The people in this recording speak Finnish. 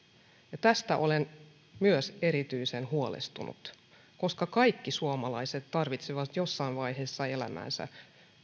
ja tästä olen myös erityisen huolestunut koska kaikki suomalaiset tarvitsevat jossain vaiheessa elämäänsä